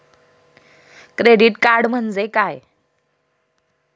Credit card म्हणजे काय?